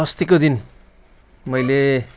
अस्तिको दिन मैले